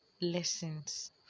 lessons